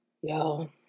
y'all